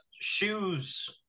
shoes